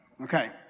Okay